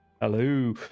Hello